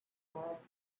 world